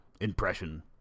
impression